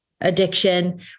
addiction